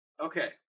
Okay